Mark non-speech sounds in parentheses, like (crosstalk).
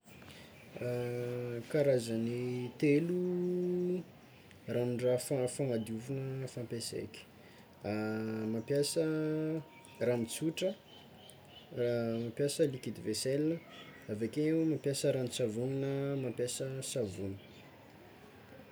(hesitation) Karazagny telo ranon-draha fa- fagnadiovana fampiaseky: mampiasa ragno tsotra, mampiasa liquide vaisselle, avekeo mampiasa ranon-tsavony na mampiasa savony.